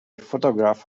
photograph